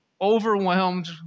overwhelmed